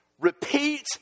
repeat